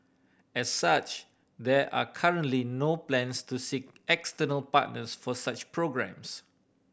as such there are currently no plans to seek external partners for such programmes